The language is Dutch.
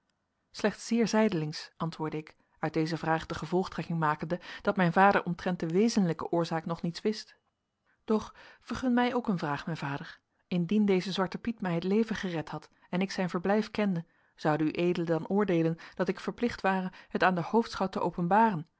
slechts zeer zijdelings antwoordde ik uit deze vraag de gevolgtrekking makende dat mijn vader omtrent de wezenlijke oorzaak nog niets wist doch vergun mij ook een vraag mijn vader indien deze zwarte piet mij het leven gered had en ik zijn verblijf kende zoude ued dan oordeelen dat ik verplicht ware het aan den hoofdschout te openbaren